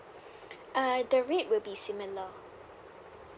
uh the rate will be similar